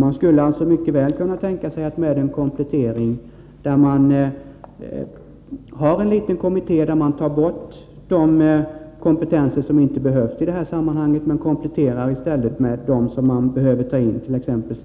Man skulle alltså mycket väl kunna tänka sig en liten kommitté, där man tar bort de kompetenser som inte behövs i det här sammanhanget men i stället kompletterar med dem som man behöver ta in, t.ex. STU. På det